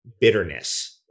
bitterness